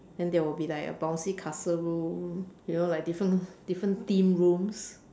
then there will be like a bouncy castle room you know like different different theme rooms